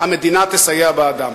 המדינה תסייע בעדם.